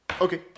Okay